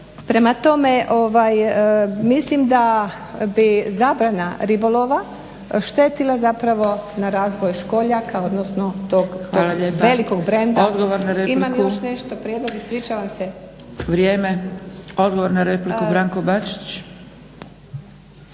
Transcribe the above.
Prema tome mislim da bi zabrana ribolova štetila zapravo na razvoj školjaka odnosno tog velikog brenda. … /Upadica: Hvala lijepa. Odgovor na repliku/… Imam još nešto prijedlog ispričavam se. **Zgrebec, Dragica (SDP)** Vrijeme. Odgovor na repliku Branko Bačić.